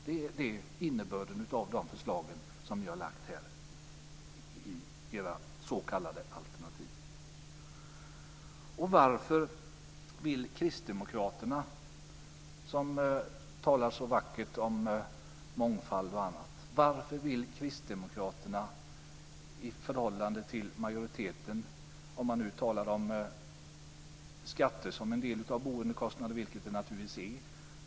Det är innebörden av de förslag som ni har lagt fram i era s.k. alternativ. Man kan tala om skatter som en del av boendekostnaderna, vilket de naturligtvis är.